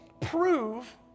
prove